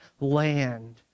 land